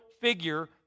figure